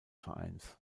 vereins